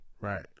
Right